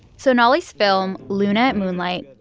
so anali's film, luna at moonlight,